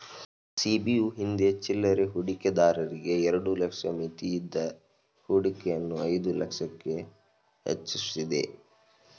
ಸಿ.ಬಿ.ಯು ಹಿಂದೆ ಚಿಲ್ಲರೆ ಹೂಡಿಕೆದಾರರಿಗೆ ಎರಡು ಲಕ್ಷ ಮಿತಿಯಿದ್ದ ಹೂಡಿಕೆಯನ್ನು ಐದು ಲಕ್ಷಕ್ಕೆ ಹೆಚ್ವಸಿದೆ